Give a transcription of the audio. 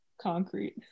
concrete